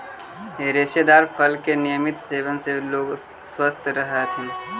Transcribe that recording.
रेशेदार फल के नियमित सेवन से लोग स्वस्थ रहऽ हथी